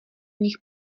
nich